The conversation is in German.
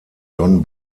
don